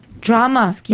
drama